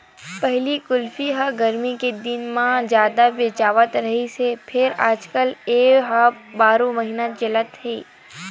पहिली कुल्फी ह गरमी के दिन म जादा बेचावत रिहिस हे फेर आजकाल ए ह बारो महिना चलत हे